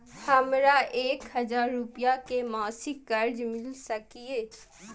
हमरा एक हजार रुपया के मासिक कर्ज मिल सकिय?